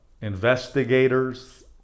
Investigators